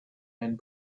and